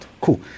Cool